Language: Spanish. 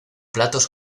platos